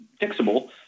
fixable